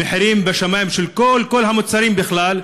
המחירים בשמים, של כל המוצרים בכלל,